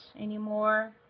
anymore